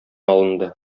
алынды